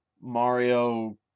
Mario